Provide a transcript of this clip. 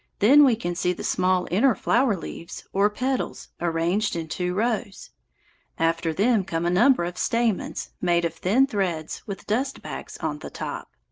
then we can see the small inner flower-leaves, or petals, arranged in two rows after them come a number of stamens, made of thin threads, with dust-bags on the top.